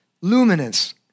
luminance